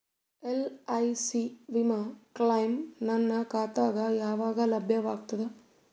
LIC ವಿಮಾ claim ನನ್ನ ಖಾತಾಗ ಯಾವಾಗ ಲಭ್ಯವಾಗತದ?